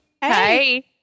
Hey